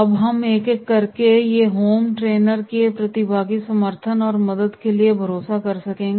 अब हम एक एक करके लेंगे ये होम ट्रेनर के प्रतिभागी समर्थन और मदद के लिए भरोसा कर सकते हैं